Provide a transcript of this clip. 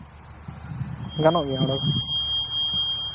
ᱜᱟᱱᱚᱜ ᱜᱮᱭᱟ ᱚᱰᱚᱠ